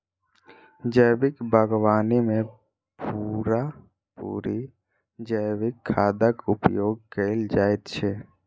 जैविक बागवानी मे पूरा पूरी जैविक खादक उपयोग कएल जाइत छै